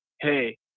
hey